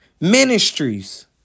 ministries